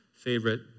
favorite